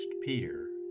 Peter